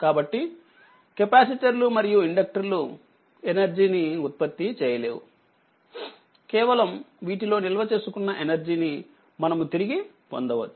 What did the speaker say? కాబట్టికెపాసిటర్లు మరియు ఇండక్టర్లు ఎనర్జీ ని ఉత్పత్తి చేయలేవు కేవలం వీటిలో నిల్వ చేసుకున్న ఎనర్జీ ని మనము తిరిగి పొందవచ్చు